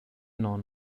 non